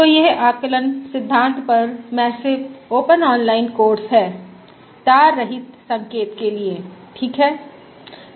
तो यह आकलन सिद्धांत पर मैस्सिव ओपन ऑनलाइन कोर्स है तार रहित संकेत के लिए ठीक है